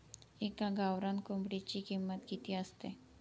एका गावरान कोंबडीची किंमत किती असते?